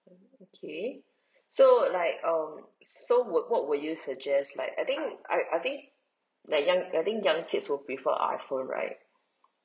okay so like um so would what would you suggest like I think I I think like young I think young kids will prefer iphone right